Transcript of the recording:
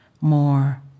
more